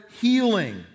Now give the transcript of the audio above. healing